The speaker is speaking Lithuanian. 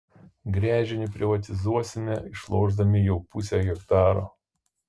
gręžinį privatizuosime išlošdami jau pusę hektaro